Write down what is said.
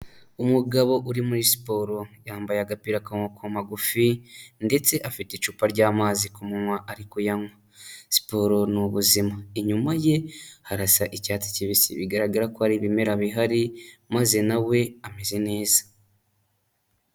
Umugabo uri muri siporo, yambaye agapira k'amaboko magufi ndetse afite icupa ry'amazi ku munwa ari kuyanywa. Siporo ni ubuzima, inyuma ye harasa icyatsi kibisi, bigaragara ko hari ibimera bihari maze na we ameze neza.